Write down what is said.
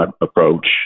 approach